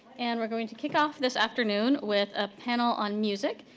and we are going to kick off this afternoon with a panel on music,